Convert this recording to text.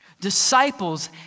Disciples